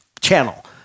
channel